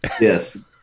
Yes